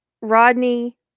Rodney